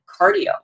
cardio